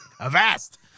Avast